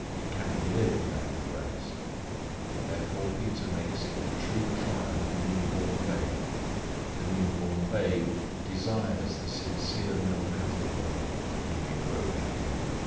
it cannot live without the breast therefore peter makes it the true trial of a new-born babe the new-born babe desires the sincere milk of the word, that he may grow thereby.